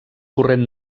corrent